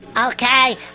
Okay